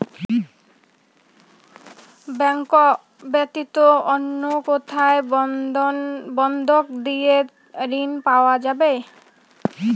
Bank ব্যাতীত অন্য কোথায় বন্ধক দিয়ে ঋন পাওয়া যাবে?